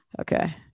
Okay